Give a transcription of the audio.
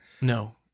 No